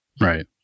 Right